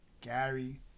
gary